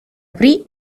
aprì